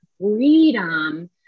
freedom